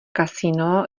kasino